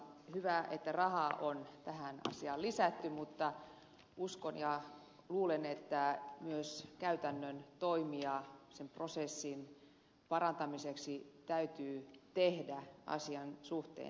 hyvä että rahaa on tähän asiaan lisätty mutta uskon ja luulen että myös käytännön toimia sen prosessin parantamiseksi täytyy tehdä asian suhteen